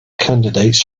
candidates